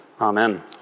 Amen